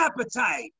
appetite